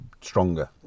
stronger